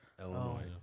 Illinois